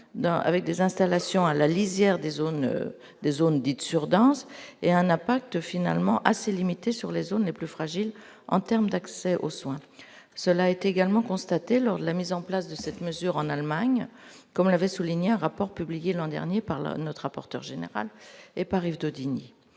avec des installations à la lisière des zones, des zones dites sur Danse et un à pacte finalement assez limité sur les zones les plus fragiles en termes d'accès aux soins, cela est également constatée lors de la mise en place de cette mesure en Allemagne, comme l'avait souligné un rapport, publié l'an dernier par la note rapporteur général et par Yves Daudigny,